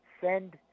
send